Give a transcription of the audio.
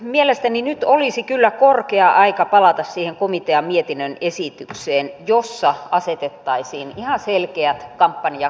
mielestäni nyt olisi kyllä korkea aika palata siihen komitean mietinnön esitykseen jossa asetettaisiin ihan selkeät kampanjakatot